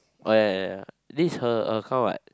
oh ya ya ya this is her account what